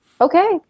okay